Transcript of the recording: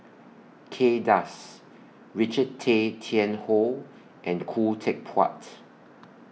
Kay Das Richard Tay Tian Hoe and Khoo Teck Puat